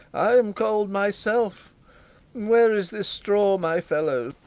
i am cold myself where is this straw, my fellow?